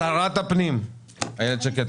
תודה רבה לשרת הפנים איילת שקד.